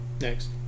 next